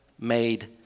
made